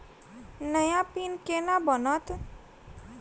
नया पिन केना बनत?